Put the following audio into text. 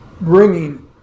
bringing